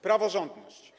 Praworządność.